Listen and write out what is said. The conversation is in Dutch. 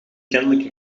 kennelijk